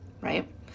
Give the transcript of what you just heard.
right